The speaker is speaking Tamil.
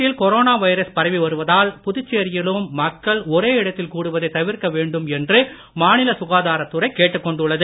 நாட்டில் கொரோனா வைரஸ் பரவி வருவதால் புதுச்சேரியிலும் மக்கள் ஒரே இடத்தில் கூடுவதை தவிர்க்க வேண்டும் என மாநில சுகாதாரத் துறை கேட்டுக்கொண்டுள்ளது